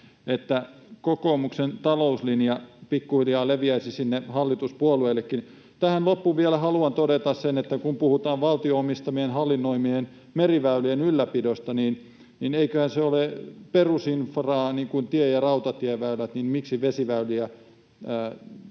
että kokoomuksen talouslinja pikkuhiljaa leviäisi sinne hallituspuolueillekin. Tähän loppuun haluan vielä todeta sen, että kun puhutaan valtion omistamien ja hallinnoimien meriväylien ylläpidosta, niin eiköhän se ole perusinfraa niin kuin tie- ja rautatieväylät. Miksi vesiväyliä